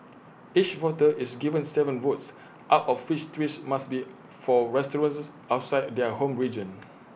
each voter is given Seven votes out of which three must be for restaurants outside their home region